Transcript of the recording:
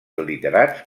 literats